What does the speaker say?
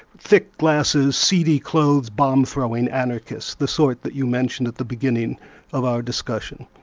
thick glasses, seedy clothes, bomb-throwing anarchist, the sort that you mentioned at the beginning of our discussion.